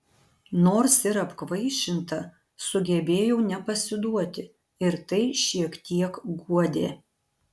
nors ir apkvaišinta sugebėjau nepasiduoti ir tai šiek tiek guodė